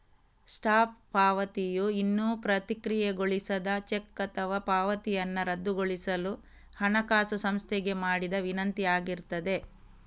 stop ಪಾವತಿಯು ಇನ್ನೂ ಪ್ರಕ್ರಿಯೆಗೊಳಿಸದ ಚೆಕ್ ಅಥವಾ ಪಾವತಿಯನ್ನ ರದ್ದುಗೊಳಿಸಲು ಹಣಕಾಸು ಸಂಸ್ಥೆಗೆ ಮಾಡಿದ ವಿನಂತಿ ಆಗಿರ್ತದೆ